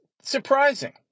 surprising